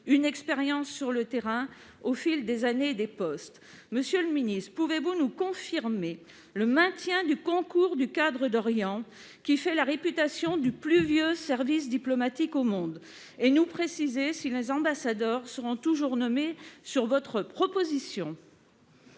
une expérience sur le terrain acquise au fil des années et des postes. Monsieur le ministre, pouvez-vous nous confirmer le maintien du concours du cadre d'Orient, qui fait la réputation du plus vieux service diplomatique au monde, et nous préciser si les ambassadeurs seront toujours nommés sur votre proposition ?